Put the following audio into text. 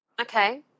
Okay